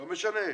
לא משנה.